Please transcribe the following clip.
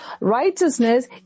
Righteousness